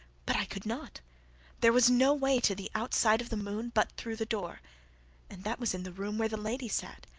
but i could not there was no way to the outside of the moon but through the door and that was in the room where the lady sat.